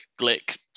Glick